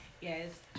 Yes